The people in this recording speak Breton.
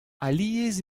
alies